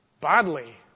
badly